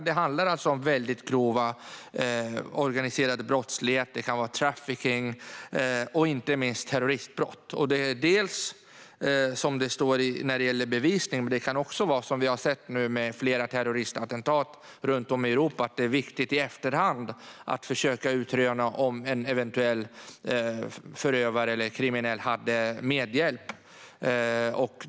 Det handlar alltså om väldigt grov organiserad brottslighet. Det kan vara trafficking och inte minst terroristbrott. Det kan handla om, som det står, bevisning, men det kan också vara så, som vi har sett nu med flera terroristattentat runt om i Europa, att det är viktigt att i efterhand försöka utröna om en eventuell förövare eller kriminell hade medhjälpare.